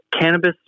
cannabis